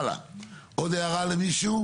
עוד הערה למישהו?